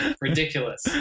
Ridiculous